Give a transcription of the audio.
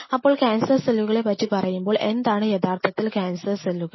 അപ്പോൾ ക്യാൻസർ സെല്ലുകളെ പറ്റി പറയുമ്പോൾ എന്താണ് യഥാർത്ഥത്തിൽ കാൻസർ സെല്ലുകൾ